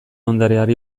ondareari